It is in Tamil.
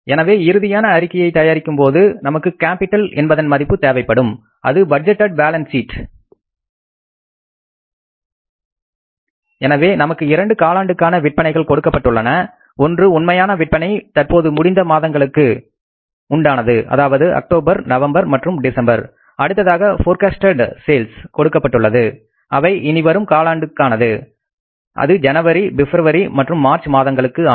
எனவே இறுதியான அறிக்கையை தயாரிக்கும் போது நமக்கு கேப்பிட்டல் என்பதன் மதிப்பு தேவைப்படும் அது பட்ஜெட்டெட் பேலன்ஸ் ஷீட் எனவே நமக்கு இரண்டு காலாண்டுக்கான விற்பனைகள் கொடுக்கப்பட்டுள்ளன ஒன்று உண்மையான விற்பனை தற்போது முடிந்த மாதங்களுக்கு உண்டானது அதாவது அக்டோபர் நவம்பர் மற்றும் டிசம்பர் அடுத்ததாக போர்கஸ்ட்டேட் சேல்ஸ் கொடுக்கப்பட்டுள்ளன அவை இனிவரும் காலாண்டுகானது அது ஜனவரி பிப்ரவரி மற்றும் மார்ச் மாதங்களுக்கு ஆனது